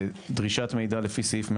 דרישת מידע לפי סעיף 123ג',